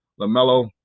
LaMelo